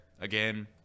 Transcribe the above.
again